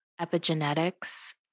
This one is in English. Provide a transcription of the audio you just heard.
epigenetics